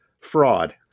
fraud